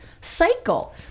cycle